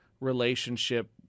relationship